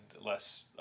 less